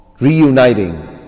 reuniting